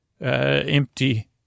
empty